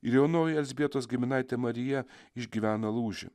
ir jaunoji elzbietos giminaitė marija išgyvena lūžį